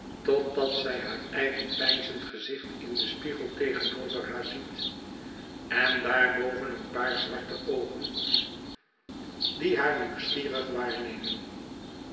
totdat zij haar eigen peinzend gezicht in den spiegel tegenover haar ziet en daarboven een paar zwarte oogen die haar nieuwsgierig waarnemen